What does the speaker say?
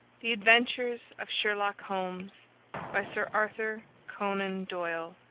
the adventures of sherlock holmes by sir arthur conan doyle